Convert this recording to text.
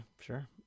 sure